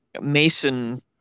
Mason